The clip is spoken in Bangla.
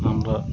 আমরা